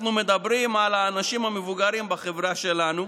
אנחנו מדברים על האנשים המבוגרים בחברה שלנו,